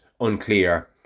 unclear